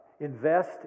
Invest